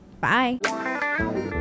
Bye